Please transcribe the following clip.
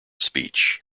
speech